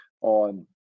on